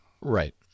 right